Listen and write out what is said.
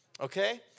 okay